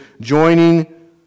joining